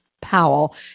Powell